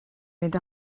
fynd